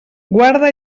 guarda